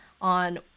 on